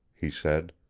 he said.